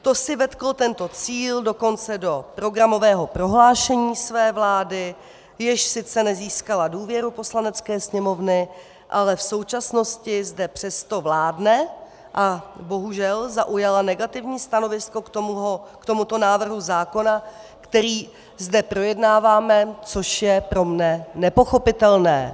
To si vetklo tento cíl dokonce do programového prohlášení své vlády, jež sice nezískala důvěru Poslanecké sněmovny, ale v současnosti zde přesto vládne a bohužel zaujala negativní stanovisko k tomuto návrhu zákona, který zde projednáváme, což je pro mne nepochopitelné.